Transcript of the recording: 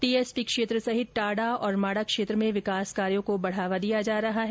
TSP क्षेत्र सहित TADA और माडा क्षेत्र में विकास कार्यों को बढ़ावा दिया जा रहा है